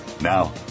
Now